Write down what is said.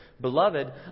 Beloved